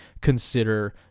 consider